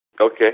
Okay